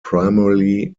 primarily